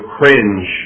cringe